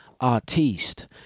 artiste